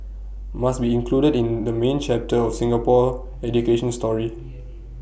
must be included in the main chapter of Singapore education story